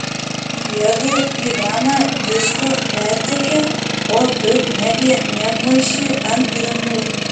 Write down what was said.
jiedu gyvena visko pertekę o tu miegi miegmaišy ant grindų